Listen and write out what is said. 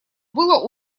было